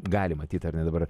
gali matyti ar ne dabar